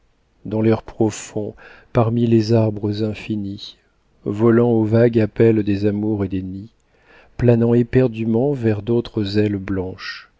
dans l'air profond parmi les arbres infinis volant au vague appel des amours et des nids planant éperdument vers d'autres ailes blanches